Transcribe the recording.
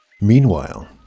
Meanwhile